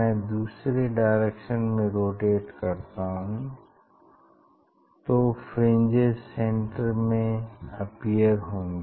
मैं दूसरे डायरेक्शन में रोटेट करता हूँ तो फ्रिंजेस सेंटर से अपीयर होंगी